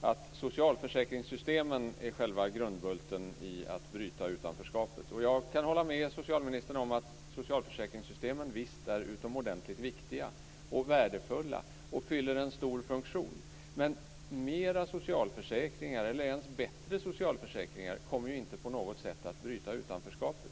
att socialförsäkringssystemen är själva grundbulten för att bryta utanförskapet. Jag kan hålla med socialministern om att socialförsäkringssystemen visst är utomordentligt viktiga och värdefulla. De fyller en stor funktion. Men fler socialförsäkringar, eller ens bättre socialförsäkringar, kommer inte på något sätt att bryta utanförskapet.